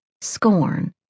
scorn